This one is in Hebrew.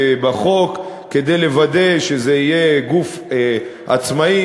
בחוק כדי לוודא שזה יהיה גוף עצמאי.